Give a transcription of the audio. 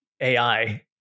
AI